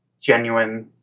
genuine